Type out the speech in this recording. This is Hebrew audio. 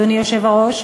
אדוני היושב-ראש,